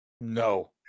No